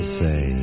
say